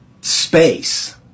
space